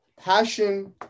Passion